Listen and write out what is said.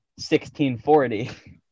1640